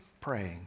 praying